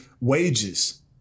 wages